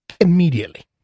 immediately